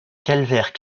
calvaire